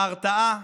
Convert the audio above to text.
ההרתעה